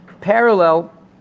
parallel